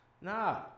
Nah